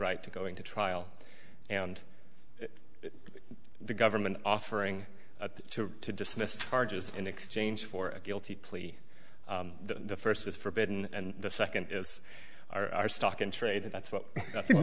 right to going to trial and the government offering to dismissed charges in exchange for a guilty plea the first is forbidden and the second is our stock in trade and that's what i think